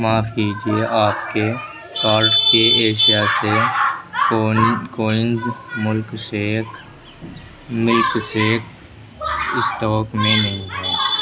معاف کیجیے آپ کے کارٹ کی ایشیا سے کوئنز ملک شیک اسٹاک میں نہیں ہے